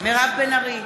מירב בן ארי,